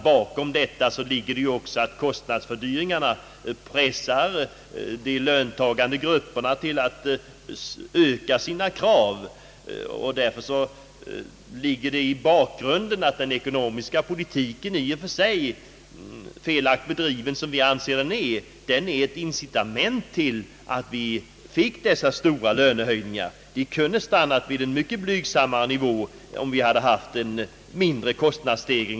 Bakom detta ligger också att kostnadsfördyringarna pressar löntagargrupperna till att öka sina krav. Därför ligger det i bakgrunden att den ekonomiska politiken i och för sig — felaktigt bedriven, som vi anser den vara är ett incitament till de stora lönehöjningar som skett. Dessa kunde ha stannat vid en mycket blygsammare nivå, om vi hade haft en mindre kostnadsstegring.